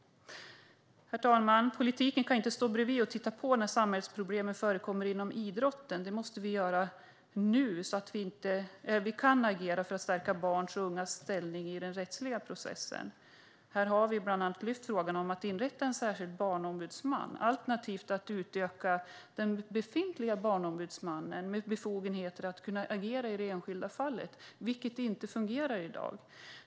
Herr talman! Politiken kan inte stå bredvid och titta på när samhällsproblem förekommer inom idrotten. Vi måste och kan agera nu för att stärka barns och ungas ställning i den rättsliga processen. Här har vi bland annat lyft upp frågan om att inrätta en särskild barnombudsman, alternativt att utöka befogenheterna för den befintliga Barnombudsmannen att agera i det enskilda fallet - vilket inte fungerar i dag.